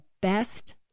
best